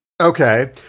okay